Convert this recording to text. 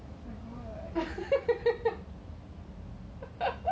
oh my god